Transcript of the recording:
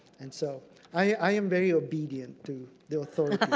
and so i am very obedient to the authorities.